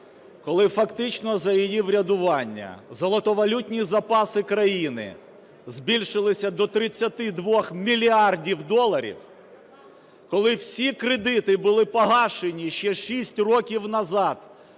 коли фактично за її врядування золотовалютні запаси країни збільшилися до 32 мільярдів доларів, коли всі кредити були погашені ще 6 років назад,